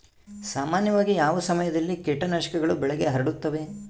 ಸಾಮಾನ್ಯವಾಗಿ ಯಾವ ಸಮಯದಲ್ಲಿ ಕೇಟನಾಶಕಗಳು ಬೆಳೆಗೆ ಹರಡುತ್ತವೆ?